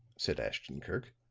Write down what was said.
said ashton-kirk,